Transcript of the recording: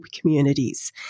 communities